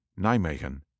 Nijmegen